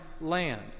land